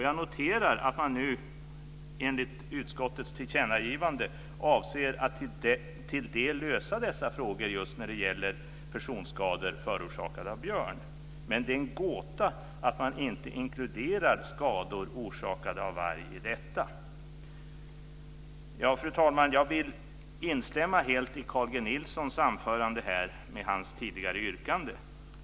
Jag noterar att man nu enligt utskottets tillkännagivande avser att till en del lösa dessa frågor just när det gäller personskador förorsakade av björn. Men det är en gåta att man inte inkluderar skador orsakade av varg i detta. Fru talman! Jag vill instämma helt i Carl G Nilssons anförande och hans tidigare yrkande.